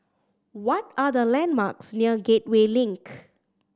what are the landmarks near Gateway Link